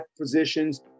positions